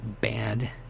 bad